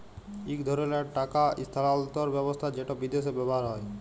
ইক ধরলের টাকা ইস্থালাল্তর ব্যবস্থা যেট বিদেশে ব্যাভার হ্যয়